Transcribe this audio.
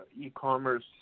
e-commerce